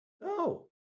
No